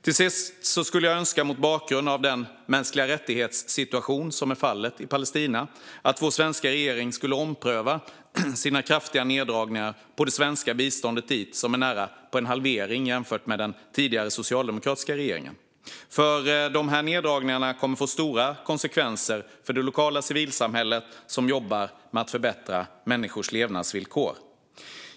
Jag skulle även önska, mot bakgrund av situationen när det gäller mänskliga rättigheter i Palestina, att vår svenska regering skulle ompröva sina kraftiga neddragningar av det svenska biståndet dit; det är närapå en halvering jämfört med hur det var med den tidigare socialdemokratiska regeringen. Neddragningarna kommer att få stora konsekvenser för det lokala civilsamhället som jobbar för att förbättra människors levnadsvillkor.